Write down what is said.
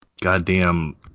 goddamn